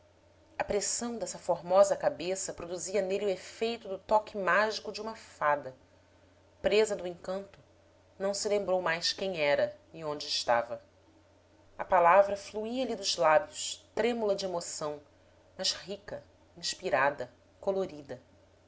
a pressão dessa formosa cabeça produzia nele o efeito do toque mágico de uma fada presa do encanto não se lembrou mais quem era e onde estava a palavra fluía lhe dos lábios trêmula de emoção mas rica inspirada colorida